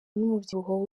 n’umubyibuho